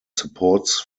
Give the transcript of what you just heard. supports